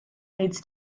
leads